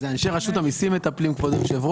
אנשי רשות המסים מטפלים בזה.